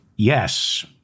Yes